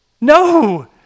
no